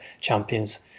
Champions